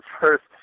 first